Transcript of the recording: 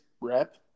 rep